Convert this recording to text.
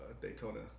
Daytona